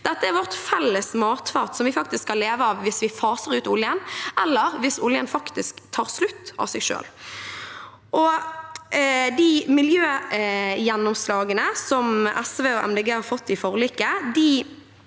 Dette er vårt felles matfat som vi faktisk skal leve av hvis vi faser ut oljen, eller hvis oljen tar slutt av seg selv. De miljøgjennomslagene som SV og MDG har fått i forliket,